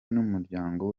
n’umuryango